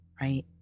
Right